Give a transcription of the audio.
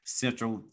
central